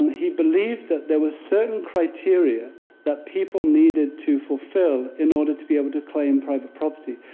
he believed that there were certain criteria that people needed to fulfill in order to be able to claim private property.